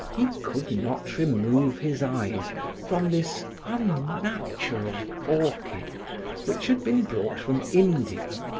he could not remove his eyes from this unnatural orchid which had been brought from india.